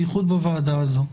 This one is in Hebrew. בייחוד בוועדה הזאת.